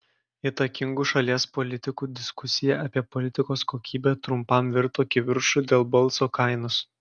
įtakingų šalies politikų diskusija apie politikos kokybę trumpam virto kivirču dėl balso kainos